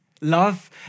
Love